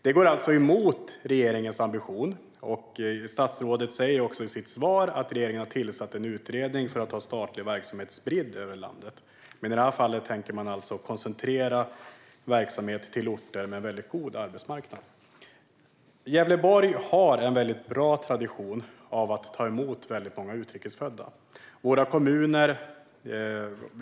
Det går emot regeringens ambition. Statsrådet säger också i sitt svar att regeringen har tillsatt en utredning om att ha statlig verksamhet spridd över landet. Men i det här fallet tänker man alltså koncentrera verksamhet till orter med väldigt god arbetsmarknad. Gävleborg har en bra tradition av att ta emot väldigt många utrikesfödda.